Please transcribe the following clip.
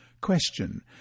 Question